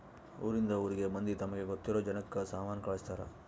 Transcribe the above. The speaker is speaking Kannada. ಊರಿಂದ ಊರಿಗೆ ಮಂದಿ ತಮಗೆ ಗೊತ್ತಿರೊ ಜನಕ್ಕ ಸಾಮನ ಕಳ್ಸ್ತರ್